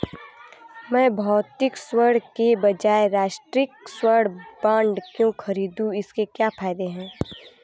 मैं भौतिक स्वर्ण के बजाय राष्ट्रिक स्वर्ण बॉन्ड क्यों खरीदूं और इसके क्या फायदे हैं?